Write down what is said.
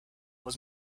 was